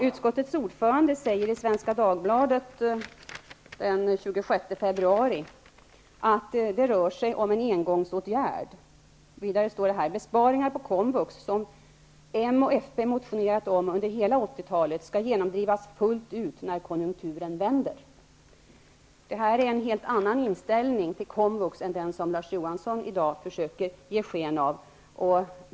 Utskottets ordförande säger i Svenska Dagbladet den 26 februari att det rör sig om en engångsåtgärd. Folkpartiet motionerat om under hela 80-talet skall genomdrivas fullt ut när konjunkturen vänder. Det är en helt annan inställning till komvux än den som Larz Johansson i dag försöker ge sken av.